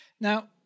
Now